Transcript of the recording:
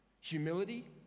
Humility